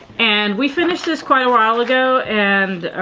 and we finished this quite a while ago and